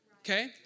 Okay